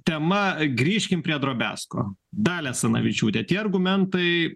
tema grįžkim prie drobesko dalia asanavičiūte tie argumentai